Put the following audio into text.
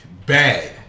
bad